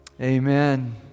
Amen